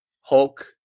Hulk